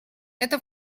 это